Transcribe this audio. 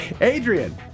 Adrian